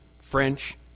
French